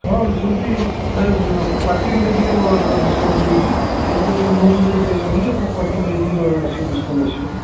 ହଁ ସେମିତି କ୍ୱାଣ୍ଟିଟି ନେଇ କରି ଆମର ଡିସ୍କାଉଣ୍ଟ ରହୁଛି ସେମିତି ତ ଲୁଜ୍ରେ ତ ଦେଇ ହେବନି ଆପଣ କ୍ୱାଣ୍ଟିଟି ନେଇକି ଆସିବ ଡିସ୍କାଉଣ୍ଟ ଆସିବ